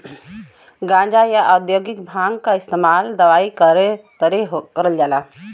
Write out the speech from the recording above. गांजा, या औद्योगिक भांग क इस्तेमाल दवाई के तरे करल जाला